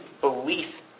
belief